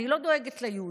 אני לא דואגת ליהודית,